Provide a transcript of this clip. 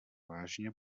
vážně